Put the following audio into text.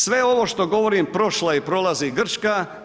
Sve ovo što govorim prošla je i prolazi Grčka.